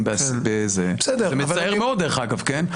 זה מצער מאוד, דרך אגב, כן?